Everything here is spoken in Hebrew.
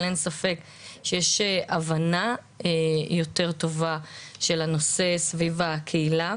אבל אין ספק שיש הבנה יותר טובה של הנושא סביב הקהילה.